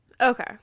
Okay